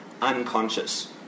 unconscious